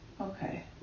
Okay